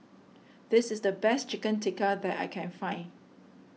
this is the best Chicken Tikka that I can find